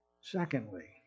Secondly